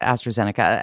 AstraZeneca